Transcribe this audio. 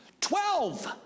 Twelve